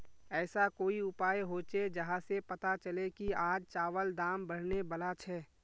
ऐसा कोई उपाय होचे जहा से पता चले की आज चावल दाम बढ़ने बला छे?